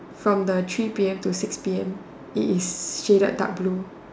from the three P_M to six P_M it is shaded dark blue